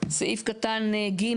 סעיף קטן (ג)